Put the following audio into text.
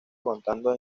aguantado